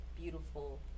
beautiful